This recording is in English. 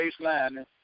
baseline